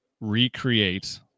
recreate